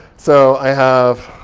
so i have